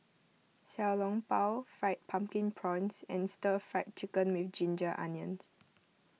Xiao Long Bao Fried Pumpkin Prawns and Stir Fried Chicken with Ginger Onions